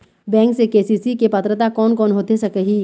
Bank से KCC के पात्रता कोन कौन होथे सकही?